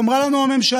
אמרה לנו הממשלה: